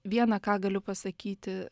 viena ką galiu pasakyti